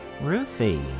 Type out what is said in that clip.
Ruthie